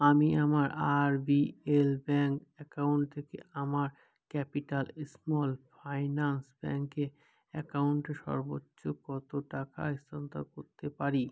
আমি আমার RBL bank account থেকে আমার ক্যাপিটাল স্মল ফাইন্যান্স ব্যাঙ্কে অ্যাকাউন্টে সর্বোচ্চ কত টাকা স্থানান্তর করতে পারি